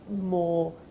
more